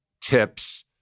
tips